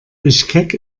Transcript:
bischkek